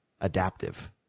adaptive